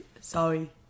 sorry